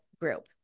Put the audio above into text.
Group